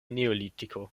neolitiko